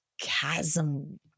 chasm